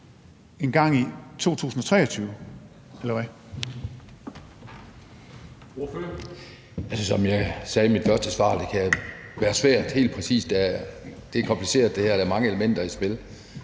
engang i 2023